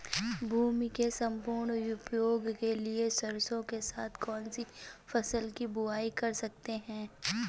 भूमि के सम्पूर्ण उपयोग के लिए सरसो के साथ कौन सी फसल की बुआई कर सकते हैं?